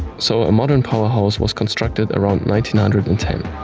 so, a modern powerhouse was constructed around nine hundred and ten.